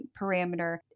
parameter